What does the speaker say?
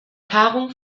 paarung